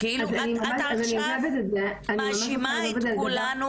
כאילו את עכשיו מאשימה את כולנו,